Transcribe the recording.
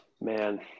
Man